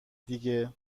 دیگه